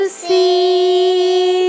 see